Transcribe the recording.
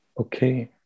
okay